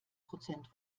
prozent